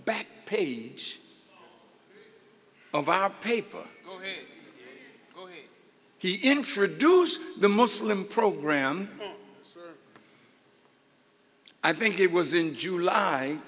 back page of our paper he introduced the muslim program i think it was in july